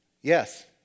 yes